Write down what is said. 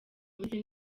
umeze